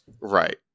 right